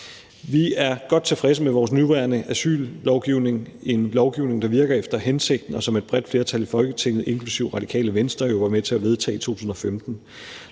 Vi er godt tilfredse med vores nuværende asyllovgivning, en lovgivning, der virker efter hensigten, og som et bredt flertal i Folketinget inklusive Radikale Venstre jo var med til at vedtage i 2015.